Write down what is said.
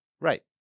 right